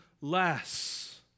less